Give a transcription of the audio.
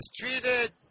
treated